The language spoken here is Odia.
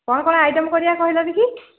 କ'ଣ କ'ଣ ଆଇଟମ୍ କରିବା କହିଲନି କି